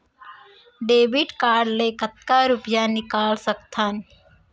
Debit card ले कतका रुपिया निकाल सकथन?